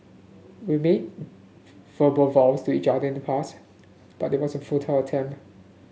we made verbal vows to each other in the past but it was a futile attempt